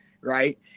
Right